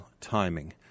timing